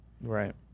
Right